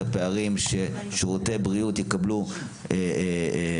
הפערים ששירותי בריאות יקבלו שוויוניים,